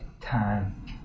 time